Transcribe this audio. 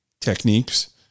techniques